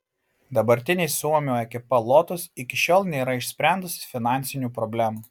dabartinė suomio ekipa lotus iki šiol nėra išsprendusi finansinių problemų